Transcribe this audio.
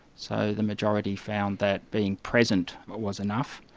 so the majority found that being present was enough,